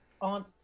on